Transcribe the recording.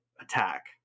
attack